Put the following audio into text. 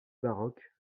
baroque